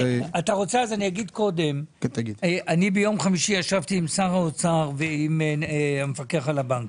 אז אומר קודם ישבתי ביום חמישי עם שר האוצר ועם המפקח על הבנקים.